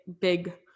big